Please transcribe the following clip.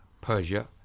Persia